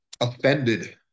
offended